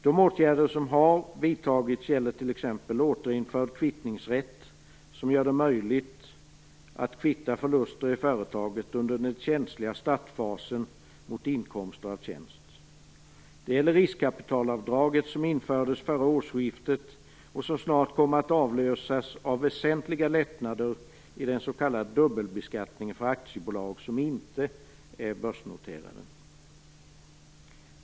De åtgärder som har vidtagits gäller t.ex. återinförd kvittningsrätt, som gör det möjligt att kvitta förluster i företaget under den känsliga startfasen mot inkomster av tjänster. Det gäller riskkapitalavdraget som infördes förra årsskiftet och som snart kom att avlösas av väsentliga lättnader i den s.k. dubbelbeskattningen för aktiebolag som inte är börsnoterade.